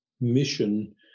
mission